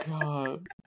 God